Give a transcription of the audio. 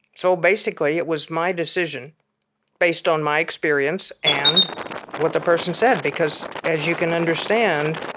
so basically it was my decision based on my experience and what the person said. because as you can understand,